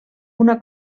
una